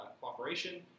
cooperation